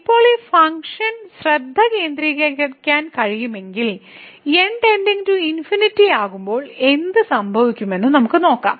ഇപ്പോൾ ഈ ഫങ്ക്ഷൽ ശ്രദ്ധ കേന്ദ്രീകരിക്കാൻ കഴിയുമെങ്കിൽ ആകുമ്പോൾ എന്ത് സംഭവിക്കുമെന്ന് നമുക്ക് നോക്കാം